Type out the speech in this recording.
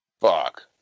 Fuck